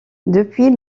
depuis